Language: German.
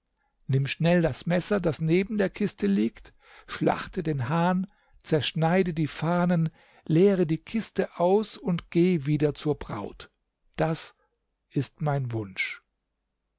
nimm schnell das messer das neben der kiste liegt schlachte den hahn zerschneide die fahnen leere die kiste aus und geh wieder zur braut das ist mein wunsch